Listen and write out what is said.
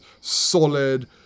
solid